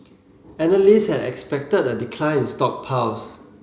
analysts had expected a decline in stockpiles